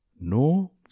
no